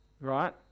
right